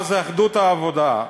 מה זה אחדות העבודה,